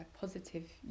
positive